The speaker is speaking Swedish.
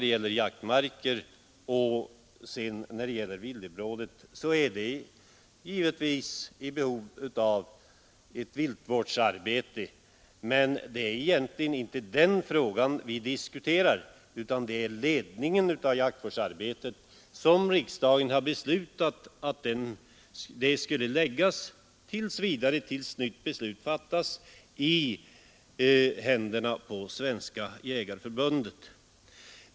Ett jaktvårdsarbete är givetvis nödvändigt, men det är egentligen inte den frågan vi diskuterar, utan ledningen av jaktvårdsarbetet. Riksdagen har beslutat att ledningen till dess nytt beslut fattats skall ligga i händerna på Svenska jägareförbundet.